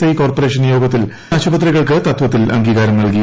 I corporation യോഗത്തിൽ ഈ ആശുപത്രികൾക്ക് തത്തിൽ അംഗീകാരം നൽകി